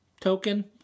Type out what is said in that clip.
token